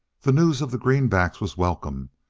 the news of the greenbacks was welcome,